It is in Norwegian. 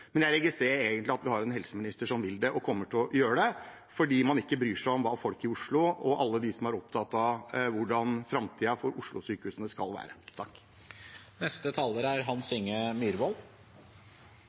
fordi man ikke bryr seg om folk i Oslo og alle de som er opptatt av hvordan framtiden for Oslo-sykehusene skal være.